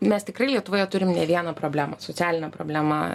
mes tikrai lietuvoje turim ne vieną problemą socialinė problema